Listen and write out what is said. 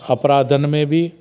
अपराधनि में बि